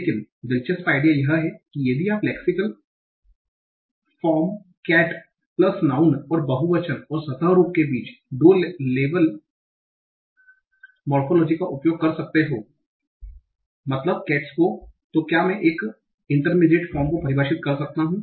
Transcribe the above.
लेकिन दिलचस्प आइडिया यह है कि यदि आप lexical form cat plus noun और बहुवचन और सतह रूप के बीच 2 लेवेल मोर्फोलोजी का उपयोग कर सकते हैं मतलब केट्स तो क्या मैं एक इंटरमीडिएट फ़ॉर्म को परिभाषित कर सकता हूं